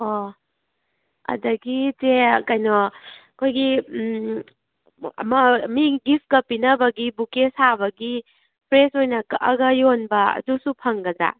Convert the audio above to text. ꯑꯣ ꯑꯗꯒꯤ ꯆꯦ ꯀꯩꯅꯣ ꯑꯩꯈꯣꯏꯒꯤ ꯑꯃ ꯃꯤꯒꯤ ꯒꯤꯐꯀ ꯄꯤꯅꯕꯒꯤ ꯕꯨꯀꯦ ꯁꯥꯕꯒꯤ ꯐ꯭ꯔꯦꯁ ꯑꯣꯏꯅ ꯀꯛꯂꯒ ꯌꯣꯟꯕ ꯑꯗꯨꯁꯨ ꯐꯪꯒꯗ꯭ꯔꯥ